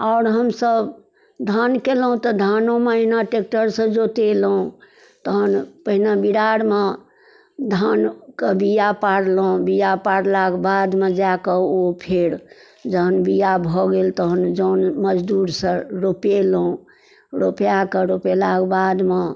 आओर हमसब धान कयलहुँ तऽ धानोमे अहिना ट्रेक्टरसँ जोतेलहुँ तहन पहिने बिरारमे धानके बीआ पारलहुँ बीआ पारलाक बादमे जाकऽ ओ फेर जहन बीआ भऽ गेल तहन जन मजदूरसँ रोपेलहुँ रोपाकऽ रोपेलाक बादमे